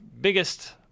biggest